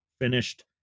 finished